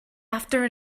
after